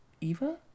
eva